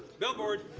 billboard.